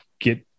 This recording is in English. get